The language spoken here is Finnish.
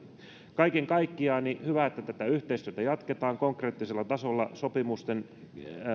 kaiken kaikkiaan on hyvä että tätä yhteistyötä jatketaan konkreettisella tasolla sopimusten